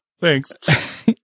Thanks